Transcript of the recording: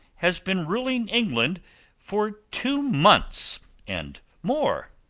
has been ruling england for two months and more.